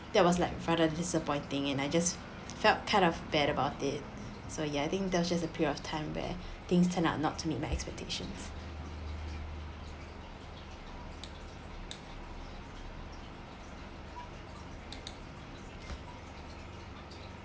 that was like rather disappointing and I just felt kind of bad about it so ya I think that was just a period of time where things turn out not to meet my expectations